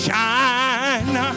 Shine